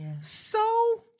so-